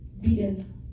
beaten